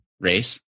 Race